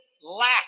lack